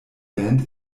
band